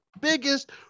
Biggest